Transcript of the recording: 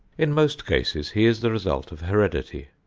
in most cases he is the result of heredity.